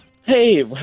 Hey